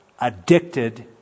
addicted